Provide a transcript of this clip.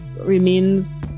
remains